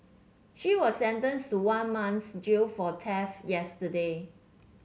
she was sentenced to one month's jail for theft yesterday